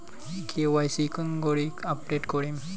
KYC কেঙ্গকরি update করিম?